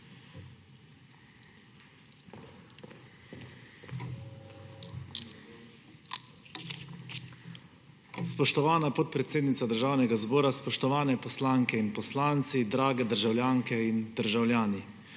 Spoštovana podpredsednica Državnega zbora, spoštovane poslanke in poslanci, drage državljanke in državljani!